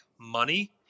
money